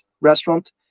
restaurant